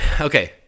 okay